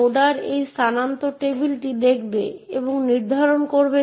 উদাহরণস্বরূপ সে তার সমস্ত কাজ টেডকে 4 PM থেকে 10 PM পর্যন্ত অর্পণ করতে চায়